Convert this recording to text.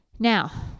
Now